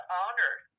honored